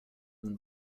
than